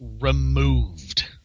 removed